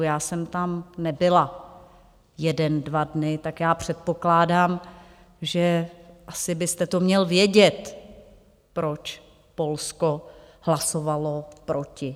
Já jsem tam nebyla jeden dva dny, tak předpokládám, že asi byste to měl vědět, proč Polsko hlasovalo proti.